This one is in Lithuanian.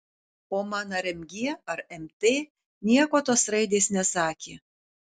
o man ar mg ar mt nieko tos raidės nesakė